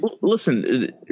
listen